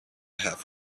half